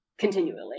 continually